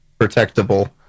protectable